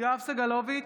יואב סגלוביץ'